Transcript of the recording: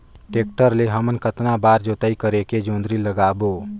Tractor ले हमन कतना बार जोताई करेके जोंदरी लगाबो?